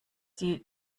die